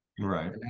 Right